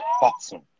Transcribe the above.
awesome